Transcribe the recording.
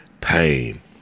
pain